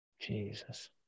jesus